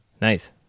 nice